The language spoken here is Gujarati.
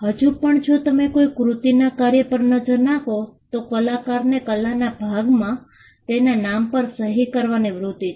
હજું પણ જો તમે કોઈ કૃતિના કાર્ય પર નજર નાખો તો કલાકારને કલાના ભાગમાં તેના નામ પર સહી કરવાની વૃત્તિ છે